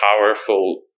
powerful